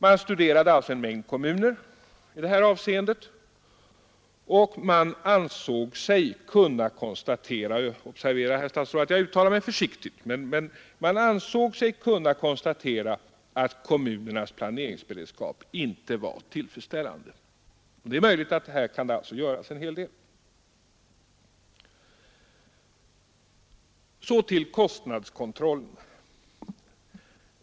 De studerade en mängd kommuner i det här avseendet, och de ansåg sig kunna styrka — observera, herr statsråd, att jag uttalar mig försiktigt — att kommunernas planeringsberedskap inte var tillfredsställande, och det är möjligt att en hel del kan göras därvidlag. Så till kostnadskontrollen.